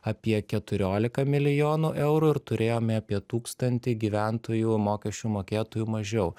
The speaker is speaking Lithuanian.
apie keturiolika milijonų eurų ir turėjom apie tūkstantį gyventojų mokesčių mokėtojų mažiau